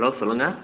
hello சொல்லுங்கள்